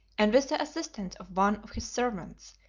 and with the assistance of one of his servants,